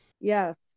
Yes